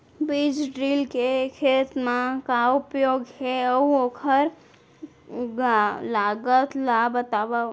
बीज ड्रिल के खेत मा का उपयोग हे, अऊ ओखर लागत ला बतावव?